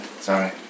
sorry